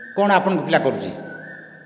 କ'ଣ ଆପଣଙ୍କ ପିଲା କରୁଛି